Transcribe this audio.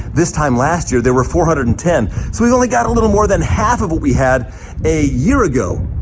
this time last year, there were four hundred and ten. so we've only got a little more than half of what we had a year ago.